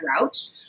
route